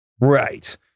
right